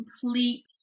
complete